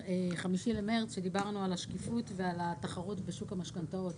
ב-5 במרס כשדיברנו על השקיפות ועל התחרות בשוק המשכנתאות.